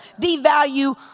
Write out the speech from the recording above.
devalue